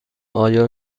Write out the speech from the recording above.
آیا